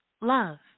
Love